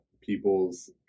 people's